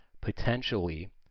potentially